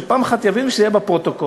שפעם אחת יבינו ושזה יהיה בפרוטוקול.